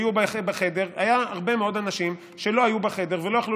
היו הרבה מאוד אנשים שלא היו בחדר ולא יכלו